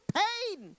pain